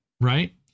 Right